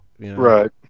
Right